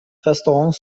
restaurants